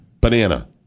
Banana